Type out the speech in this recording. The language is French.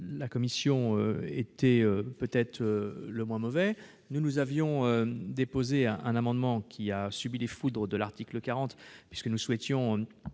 la commission est peut-être le moins mauvais. Pour notre part, nous avions déposé un amendement qui a subi les foudres de l'article 40 parce que nous souhaitions